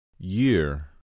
Year